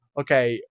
okay